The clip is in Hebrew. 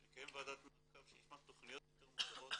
שנקיים ועדת מעקב ונשמע תכניות יותר מוגדרות,